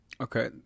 Okay